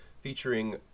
featuring